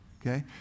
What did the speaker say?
okay